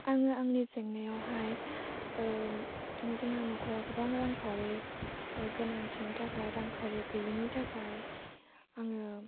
आङो आंनि जेंनायावहाय जोंहा न'खराव गोबां रांखाउरि गोनांथिनि थाखाय रांखाउरि गैयैनि थाखाय आङो